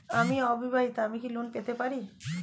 আমি অবিবাহিতা আমি কি লোন পেতে পারি?